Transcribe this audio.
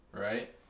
right